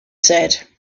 said